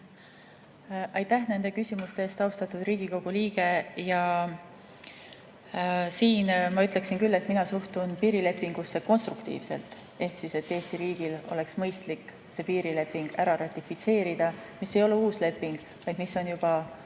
Aitäh nende küsimuste eest, austatud Riigikogu liige! Siin ma ütleksin küll, et mina suhtun piirilepingusse konstruktiivselt, ehk Eesti riigil oleks mõistlik see piirileping ära ratifitseerida. See ei ole uus leping, vaid see on